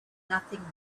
nothing